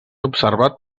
observat